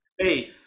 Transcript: Faith